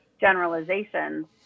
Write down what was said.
generalizations